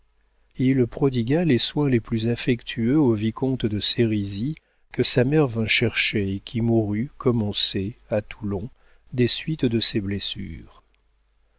il prodigua les soins les plus affectueux au vicomte de sérisy que sa mère vint chercher et qui mourut comme on sait à toulon des suites de ses blessures